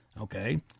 okay